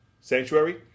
Sanctuary